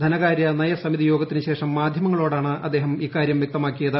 ധനകാര്യ നയ സമിതി യോഗത്തിന് ശേഷം മാധ്യമങ്ങളോടാണ് അദ്ദേഹം ഇക്കാര്യം വ്യക്തമാക്കിയത്